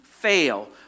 fail